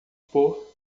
por